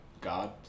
God